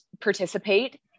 participate